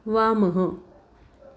वामः